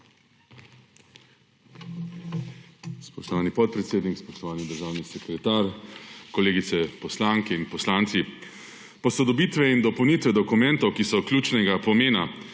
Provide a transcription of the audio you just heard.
Spoštovani podpredsednik, spoštovani državni sekretark, kolegice poslanke in poslanci! Posodobitve in dopolnitve dokumentov, ki so ključnega pomena